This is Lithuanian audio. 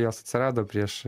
jos atsirado prieš